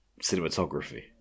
cinematography